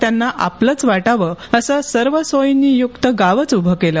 त्यांना आपलंच वाटावं असं सर्व सोयींनीयुक्त गावंच उभं केलं